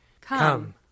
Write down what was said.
Come